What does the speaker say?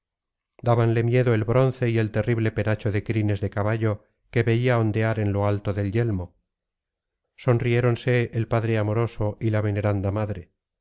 dábanle miedo el bronce y el terrible penacho de crines de caballo que veía ondear en lo alto del yelmo sonriéronse el padre amoroso y la veneranda madre